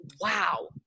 wow